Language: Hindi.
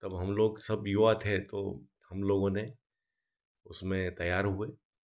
तब हमलोग सब युवा थे तो हमलोगों ने उसमें तैयार हुए